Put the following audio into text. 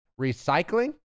recycling